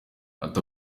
ati